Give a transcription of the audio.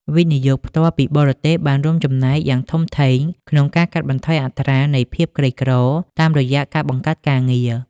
វិនិយោគផ្ទាល់ពីបរទេស បានរួមចំណែកយ៉ាងធំធេងក្នុងការកាត់បន្ថយអត្រានៃភាពក្រីក្រតាមរយៈការបង្កើតការងារ។